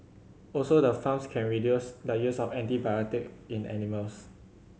also the farms can reduce the use of antibiotic in animals